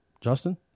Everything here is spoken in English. justin